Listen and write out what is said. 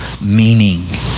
meaning